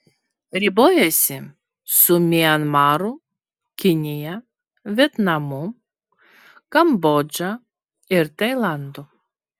ribojasi su mianmaru kinija vietnamu kambodža ir tailandu